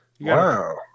Wow